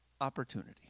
opportunity